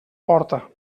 porta